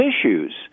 issues